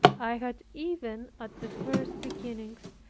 i had even at the first beginnings,